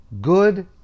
good